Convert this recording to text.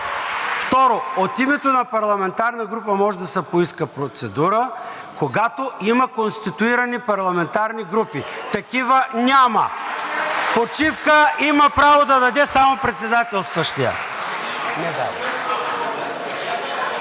Второ, от името на парламентарна група може да се поиска процедура, когато има конституирани парламентарни групи. (Шум и реплики.) Такива няма. Почивка има право да даде само председателстващият.